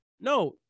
No